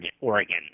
Oregon